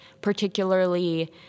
particularly